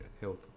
health